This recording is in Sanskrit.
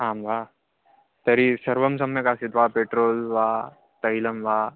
आं वा तर्हि सर्वं सम्यक् वा पेट्रोल् वा तैलं वा